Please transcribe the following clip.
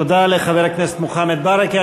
תודה לחבר הכנסת מוחמד ברכה.